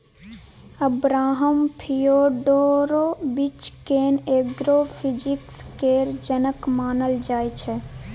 Abraham Fyodorovich केँ agro physics केर जनक मानल जाइ छै